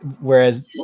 whereas